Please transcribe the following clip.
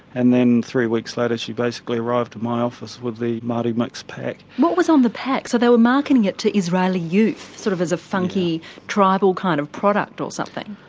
and then three weeks later she basically arrived at my office with the maori mix pack. what was on the pack? so they were marketing it to israeli youth sort of as a funky tribal kind of product or something?